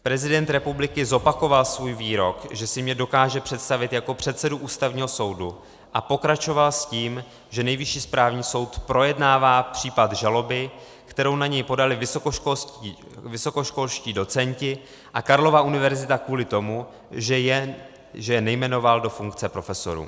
Prezident republiky zopakoval svůj výrok, že si mě dokáže představit jako předsedu Ústavního soudu, a pokračoval s tím, že Nejvyšší správní soud projednává případ žaloby, kterou na něj podali vysokoškolští docenti a Karlova univerzita kvůli tomu, že je nejmenoval do funkce profesorů.